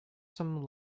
some